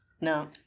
No